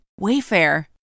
Wayfair